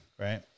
Right